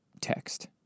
text